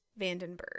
Vandenberg